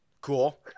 Cool